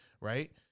right